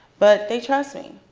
but they trust me.